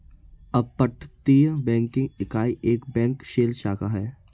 अपतटीय बैंकिंग इकाई एक बैंक शेल शाखा है